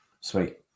sweet